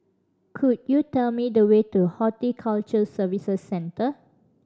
could you tell me the way to Horticulture Services Centre